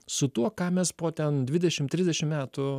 su tuo ką mes po ten dvidešim trisdešim metų